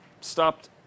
stopped